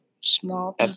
Small